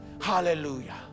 Hallelujah